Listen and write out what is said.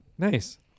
Nice